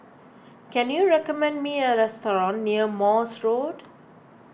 can you recommend me a restaurant near Morse Road